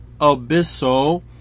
abysso